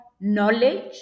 knowledge